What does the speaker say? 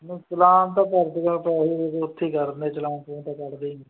ਨਾ ਚਲਾਨ ਤਾਂ ਕਰਦੇ ਨੀ ਪੈਸੇ ਦੇ ਦਓ ਉੱਥੇ ਹੀ ਕਰਦੇ ਚਲਾਨ ਚਲੁਨ ਤਾਂ ਕੱਟਦੇ ਹੀ ਨਹੀ